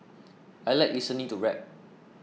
I like listening to rap